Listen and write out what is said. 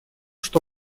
что